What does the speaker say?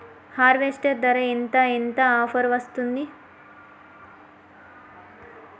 Harvester ధర ఎంత ఎంత ఆఫర్ వస్తుంది?